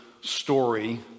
story